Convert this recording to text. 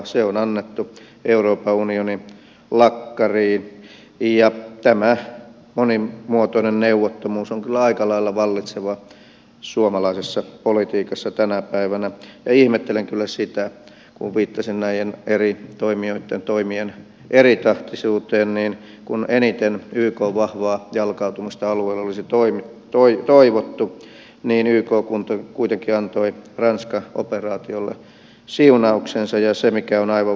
se on annettu euroopan unionin lakkariin ja tämä monimuotoinen neuvottomuus on kyllä aika lailla vallitseva suomalaisessa politiikassa tänä päivänä ja ihmettelen kyllä sitä kun viittasin näiden eri toimijoitten toimien eritahtisuuteen että kun eniten ykn vahvaa jalkautumista alueelle olisi toivottu yk kuitenkin antoi ranskan operaatiolle siunauksensa ja mikä on aivan varmaa